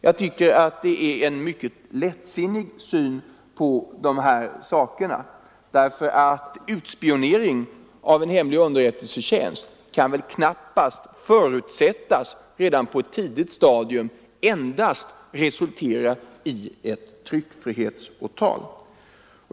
Jag tycker att det är en mycket lättsinnig syn på dessa saker. Utspionering av en hemlig underrättelsetjänst kan väl knappast redan på ett tidigt stadium förutsättas endast resultera i ett tryckfrihetsåtal.